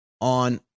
on